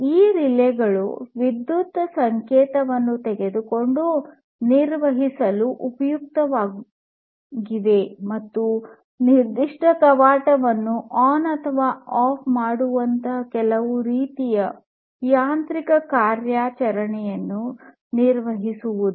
ಈ ರಿಲೇಗಳು ವಿದ್ಯುತ್ ಸಂಕೇತವನ್ನು ತೆಗೆದುಕೊಳ್ಳಲು ನಿರ್ವಹಿಸಲು ಉಪಯುಕ್ತವಾಗಿವೆ ಮತ್ತು ನಿರ್ದಿಷ್ಟ ಕವಾಟವನ್ನು ಆನ್ ಅಥವಾ ಆಫ್ ಮಾಡುವಂತಹ ಕೆಲವು ರೀತಿಯ ಯಾಂತ್ರಿಕ ಕಾರ್ಯಾಚರಣೆಯನ್ನು ನಿರ್ವಹಿಸುವುದು